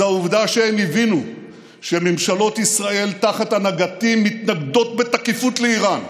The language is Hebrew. זה העובדה שהם הבינו שממשלות ישראל תחת הנהגתי מתנגדות בתקיפות לאיראן,